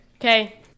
Okay